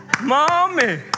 Mommy